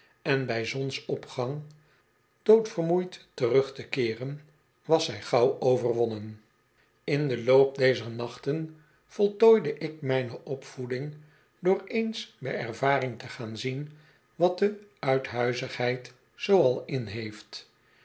en bij zonsopgang doodvermoeid terug te keeren was zij gauw overwonnen in den loop dezer nachten voltooide ik mijne opvoeding door eens bij ervaring te gaan zien wat de uithuizigheid zoo al inheeft